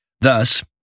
Thus